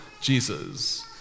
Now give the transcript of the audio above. Jesus